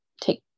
take